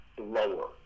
lower